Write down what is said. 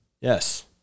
Yes